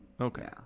Okay